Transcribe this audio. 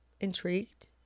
intrigued